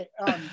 okay